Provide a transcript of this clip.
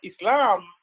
Islam